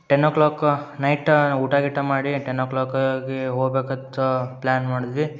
ten o'clock ನೈಟಾ ಊಟ ಗೀಟ ಮಾಡಿ ಟೆನ್ ಓ ಕ್ಲಾಕಗೆ ಹೋಗಬೇಕತ್ತ ಪ್ಲ್ಯಾನ್ ಮಾಡ್ದ್ವಿ